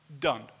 done